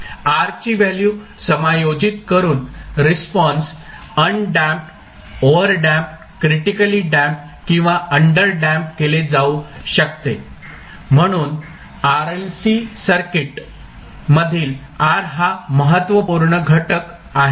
R ची value समायोजित करून रिस्पॉन्स अन्डॅम्पड ओव्हरडॅम्पड क्रिटिकलीडॅम्पड किंवा अंडरडॅम्पड केले जाऊ शकते म्हणून RLC सर्किट मधील R हा महत्त्वपूर्ण घटक आहे